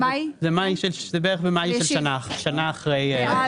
זה בערך במאי של שנה אחרי.